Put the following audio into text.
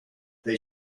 they